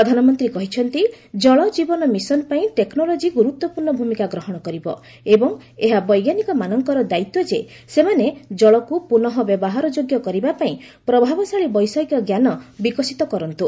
ପ୍ରଧାନମନ୍ତ୍ରୀ କହିଛନ୍ତି ଜଳକୀବନ ମିଶନ ପାଇଁ ଟେକ୍ନୋଲୋଜି ଗୁରୁତ୍ୱପୂର୍ଣ୍ଣ ଭୂମିକା ଗ୍ରହଣ କରିବ ଏବଂ ଏହା ବୈଜ୍ଞାନିକମାନଙ୍କର ଦାୟିତ୍ୱ ଯେ ସେମାନେ ଜଳକୁ ପୁନଃ ବ୍ୟବହାରଯୋଗ୍ୟ କରିବା ପାଇଁ ପ୍ରଭାବଶାଳୀ ବୈଷୟିକ ଜ୍ଞାନ ବିକଶିତ କରନ୍ତୁ